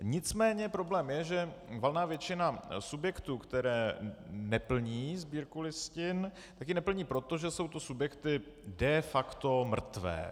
Nicméně problém je, že valná většina subjektů, které neplní Sbírku listin, ji neplní proto, že jsou to subjekty de facto mrtvé.